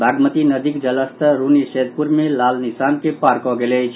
बागमती नदीक जलस्तर रून्नीसैदपुर मे लाल निशान के पार कऽ गेल अछि